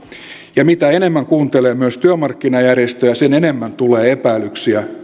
ja mitä enemmän kuuntelee myös työmarkkinajärjestöjä sen enemmän tulee epäilyksiä